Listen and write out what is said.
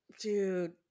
Dude